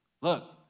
Look